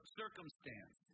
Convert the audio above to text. circumstance